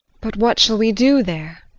but what shall we do there?